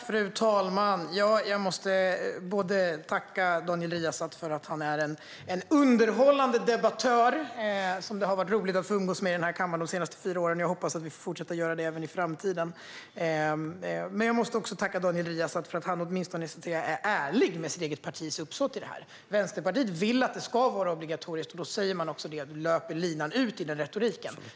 Fru talman! Jag måste tacka Daniel Riazat för att han är en underhållande debattör som det har varit roligt att få umgås med i kammaren under de senaste fyra åren. Jag hoppas att vi får fortsätta göra det även i framtiden. Jag måste också tacka Daniel Riazat för att han åtminstone är ärlig med sitt eget partis uppsåt i detta. Vänsterpartiet vill att det ska vara obligatoriskt, och då säger man det och löper linan ut i sin retorik.